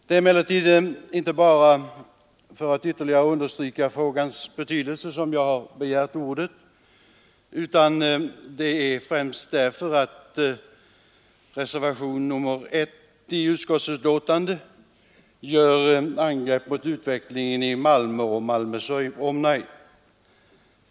Det är emellertid inte bara för att ytterligare understryka frågans betydelse som jag har begärt ordet, utan främst därför att reservationen 1 i utskottsbetänkandet angriper utvecklingen i Malmö och Malmös omnejd.